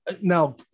now